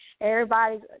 everybody's